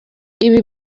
ibi